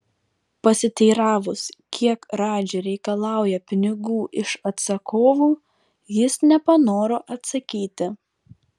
pasiteiravus kiek radži reikalauja pinigų iš atsakovų jis nepanoro atsakyti